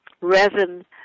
resin